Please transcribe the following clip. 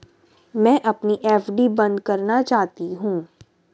मैं अपनी एफ.डी बंद करना चाहती हूँ